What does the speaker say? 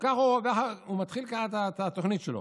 הוא מתחיל ככה את התוכנית שלו: